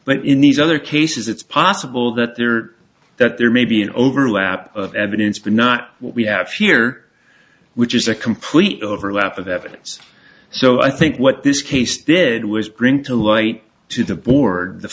but in these other cases it's possible that there that there may be an overlap of evidence but not what we have here which is a complete overlap of evidence so i think what this case did was bring to light to the board the